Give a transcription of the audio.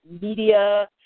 media